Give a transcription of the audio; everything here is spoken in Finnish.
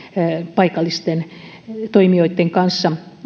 paikallisten toimijoitten kanssa